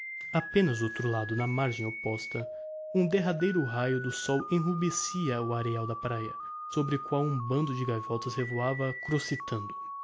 apenas do outro lado na margem opposta um derradeiro raio do sol enrubescia o areial da praia sobre o qual um bando de gaivotas revoava